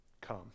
come